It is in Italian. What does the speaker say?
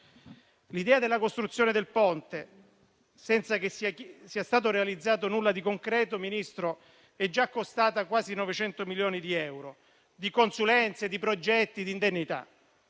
L'idea della costruzione del Ponte, senza che sia stato realizzato nulla di concreto, è già costata quasi 900 milioni di euro di consulenze, progetti e indennità.